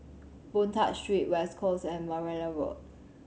Boon Tat Street West Coast and Margoliouth Road